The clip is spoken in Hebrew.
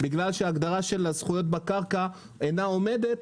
בגלל שההגדרה של הזכויות בקרקע אינה עומדת,